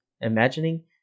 imagining